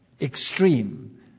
extreme